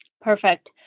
Perfect